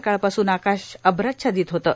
सकाळपासून आकाश अभ्राच्छादित होतं